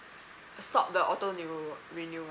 stop the auto renew~ renewal